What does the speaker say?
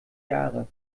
jahre